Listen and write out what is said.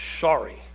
sorry